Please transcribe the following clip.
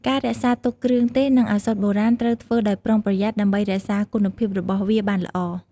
ការរក្សាទុកគ្រឿងទេស និងឱសថបុរាណត្រូវធ្វើដោយប្រុងប្រយ័ត្នដើម្បីរក្សាគុណភាពរបស់វាបានល្អ។